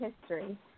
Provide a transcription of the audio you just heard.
history